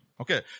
Okay